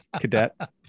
Cadet